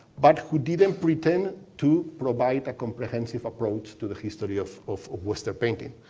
but who didn't pretend to provide a comprehensive approach to the history of of western painting.